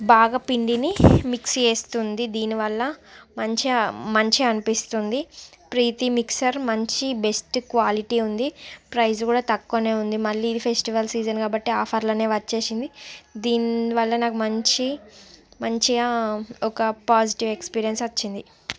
బాగా పిండిని మిక్స్ చేస్తుంది దీనివల్ల మంచిగా మంచిగా అనిపిస్తుంది ప్రీతి మిక్సర్ మంచి బెస్ట్ క్వాలిటీ ఉంది ప్రైస్ కూడా తక్కువనే ఉంది మళ్ళీ ఇది ఫెస్టివల్ సీజన్ కాబట్టి ఆఫర్లోనే వచ్చేసింది దీని వల్ల నాకు మంచి మంచిగా ఒక పాజిటివ్ ఎక్స్పీరియన్స్ వచ్చింది